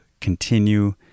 continue